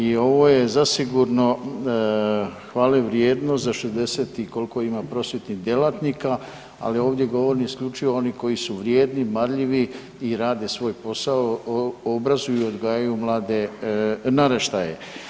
I ovo je zasigurno hvalevrijedno za 60 i koliko ima prosvjetnih djelatnika ali govorim isključivo o onim koji su vrijedni, marljivi i rade svoj posao, obrazuju i odgajaju mlade naraštaje.